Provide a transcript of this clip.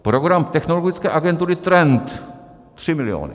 Program Technologické agentury Trend, 3 miliony.